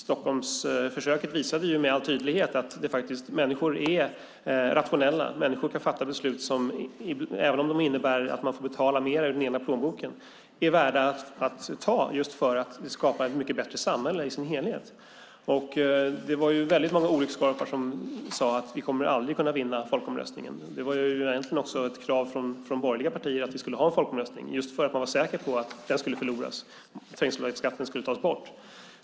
Stockholmsförsöket visade med all tydlighet att människor är rationella, att människor kan fatta beslut, även om de innebär att man måste betala mer ur den egna plånboken, det vill säga beslut värda att fatta för att skapa ett bättre samhälle i sin helhet. Det var många olyckskorpar som sade att vi aldrig skulle vinna folkomröstningen. Det var ett krav från borgerliga partier att det skulle vara en folkomröstning, just för att de var säkra på att den skulle förloras och trängselskatten skulle tas bort.